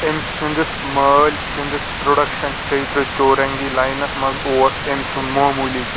أمۍ سٕنٛدِس مٲلۍ سٕنٛدِس پروڈکشن شیٚے تٕرٕہ چورنگی لاینس منٛز اوس أمۍ سُنٛد معموٗلی